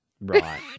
Right